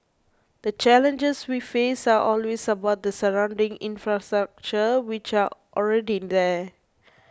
the challenges we face are always about the surrounding infrastructure which are already there